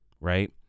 right